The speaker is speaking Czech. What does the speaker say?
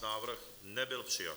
Návrh nebyl přijat.